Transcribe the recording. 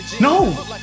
No